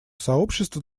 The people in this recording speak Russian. сообщество